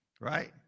Right